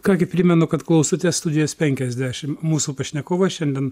ką gi primenu kad klausotės studijos penkiasdešim mūsų pašnekovas šiandien